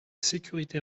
sécurité